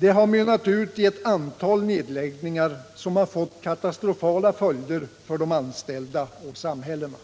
har mynnat ut i ett antal nedläggningar som fått katastrofala följder för de anställda och samhällena.